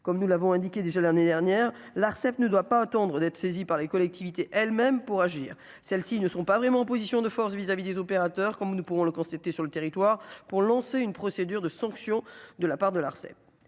comme nous l'avons indiqué déjà l'année dernière, l'Arcep ne doit pas attendre d'être saisi par les collectivités elles-mêmes pour agir, celles-ci ne sont pas vraiment en position de force vis-à-vis des opérateurs comme nous pourrons le court, c'était sur le territoire pour lancer une procédure de sanction de la part de l'Arcep,